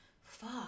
fuck